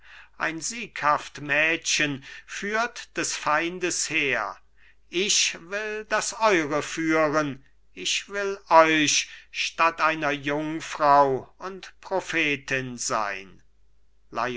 ein sieghaft mädchen führt des feindes heer ich will das eure führen ich will euch statt einer jungfrau und prophetin sein